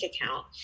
account